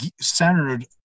centered